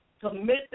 commit